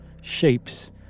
Shapes